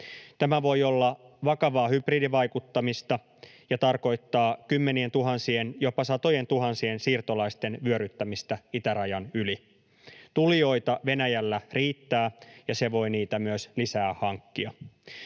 Tämä voi olla vakavaa hybridivaikuttamista ja tarkoittaa kymmenientuhansien, jopa satojentuhansien siirtolaisten vyöryttämistä itärajan yli. Tulijoita Venäjällä riittää, ja se voi niitä myös lisää hankkia.